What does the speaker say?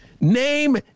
name